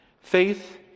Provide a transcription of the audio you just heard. faith